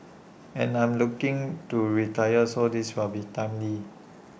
and I am looking to retire so this will be timely